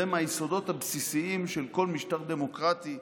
זה מהיסודות הבסיסיים של כל משטר דמוקרטי,